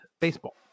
baseball